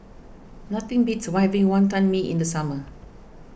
nothing beats Wantan Mee in the summer